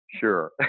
sure